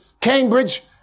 Cambridge